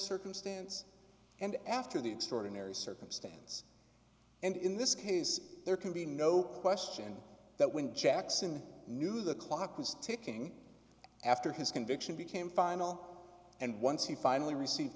circumstance and after the extraordinary circumstance and in this case there can be no question that when jackson knew the clock was ticking after his conviction became final and once he finally receive